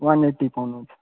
one eighty पाउनुहुन्छ